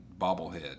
bobblehead